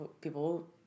people